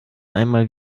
einmal